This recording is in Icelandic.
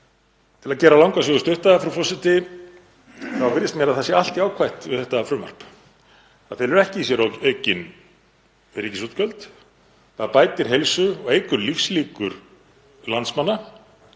Til að gera langa sögu stutta, frú forseti, virðist mér að það sé allt jákvætt við þetta frumvarp. Það felur ekki í sér aukin ríkisútgjöld, það bætir heilsu og eykur lífslíkur landsmanna